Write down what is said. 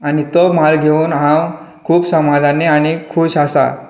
आनी तो म्हाल घेवन हांव खूब समाधानी आनी खूश आसां